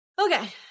Okay